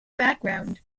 background